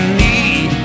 need